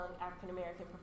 african-american